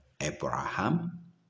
Abraham